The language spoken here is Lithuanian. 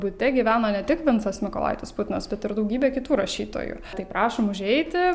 bute gyveno ne tik vincas mykolaitis putinas bet ir daugybė kitų rašytojų tai prašom užeiti